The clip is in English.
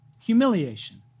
humiliation